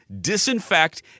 disinfect